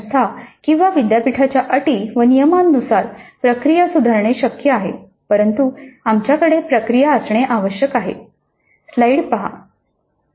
संस्था किंवा विद्यापीठाच्या अटी व नियमांनुसार प्रक्रिया सुधारणे शक्य आहे परंतु आमच्याकडे प्रक्रिया असणे आवश्यक आहे